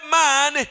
man